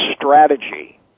strategy